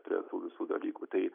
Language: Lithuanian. prie tų visų dalykų tai